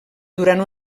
durant